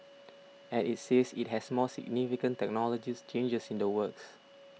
and it says it has more significant technologies changes in the works